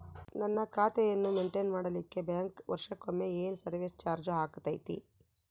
ನನ್ನ ಖಾತೆಯನ್ನು ಮೆಂಟೇನ್ ಮಾಡಿಲಿಕ್ಕೆ ಬ್ಯಾಂಕ್ ವರ್ಷಕೊಮ್ಮೆ ಏನು ಸರ್ವೇಸ್ ಚಾರ್ಜು ಹಾಕತೈತಿ?